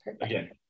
again